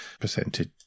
percentage